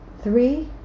Three